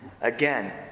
Again